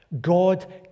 God